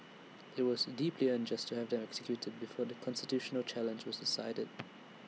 IT was deeply unjust to have than executed them before the constitutional challenge was decided